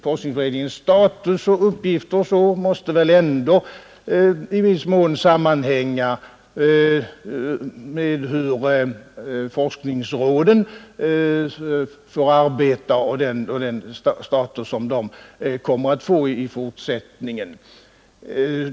Forskningsberedningens status och uppgifter m.m. måste ändå i viss mån sammanhänga med hur forskningsråden får arbeta och med den status de kommer att få i fortsättningen!